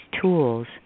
tools